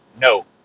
No